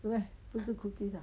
是吗不是 cookies ah